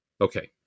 Okay